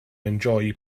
enjoy